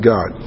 God